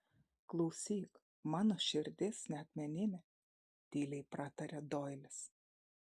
klausyk mano širdis ne akmeninė tyliai pratarė doilis